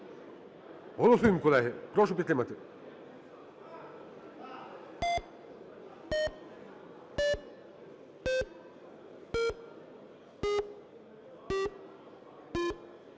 Голосуємо колеги, прошу підтримати.